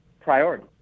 priority